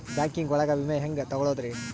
Banking ಒಳಗ ವಿಮೆ ಹೆಂಗ್ ತೊಗೊಳೋದ್ರಿ?